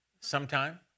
sometime